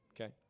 Okay